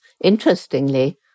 Interestingly